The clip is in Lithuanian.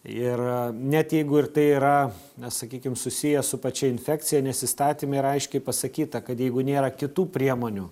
ir net jeigu ir tai yra na sakykim susiję su pačia infekcija nes įstatyme yra aiškiai pasakyta kad jeigu nėra kitų priemonių